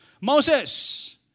Moses